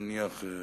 נניח,